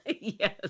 Yes